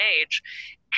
age